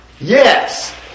Yes